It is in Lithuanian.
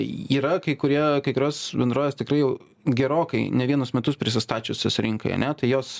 yra kai kurie kai kurios bendrovės tikrai jau gerokai ne vienus metus prisistačiusios rinkai ane tai jos